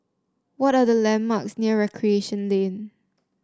what are the landmarks near Recreation Lane